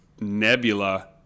nebula